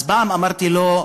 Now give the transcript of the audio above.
אז פעם אמרתי לו: